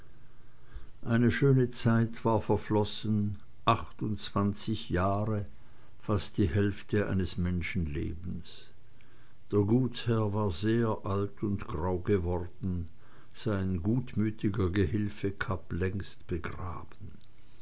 eine schöne lange zeit war verflossen achtundzwanzig jahre fast die hälfte eines menschenlebens der gutsherr war sehr alt und grau geworden sein gutmütiger gehülfe kapp längst begraben